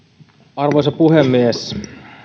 arvoisa puhemies